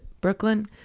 Brooklyn